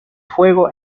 fuego